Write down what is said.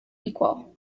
equal